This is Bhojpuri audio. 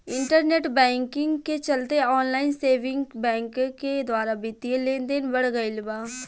इंटरनेट बैंकिंग के चलते ऑनलाइन सेविंग बैंक के द्वारा बित्तीय लेनदेन बढ़ गईल बा